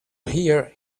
hear